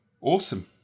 Awesome